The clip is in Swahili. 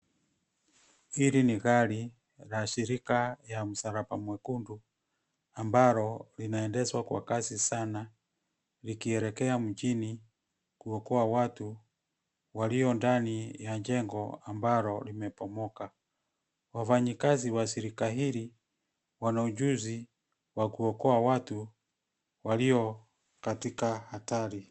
Hili ni gari la shirika ya msalaba mwekundu, ambalo linaendeshwa kwa kasi sana, likielekea mjini kuokoa watu, walio ndani ya jengo ambalo limebomoka. Wafanyakazi wa shirika hili, wana ujuzi wa kuokoa watu walio katika hatari.